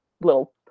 little